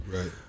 Right